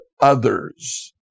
others